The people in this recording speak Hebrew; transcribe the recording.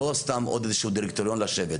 לא סתם עוד איזשהו דירקטוריון לשבת,